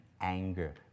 anger